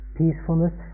peacefulness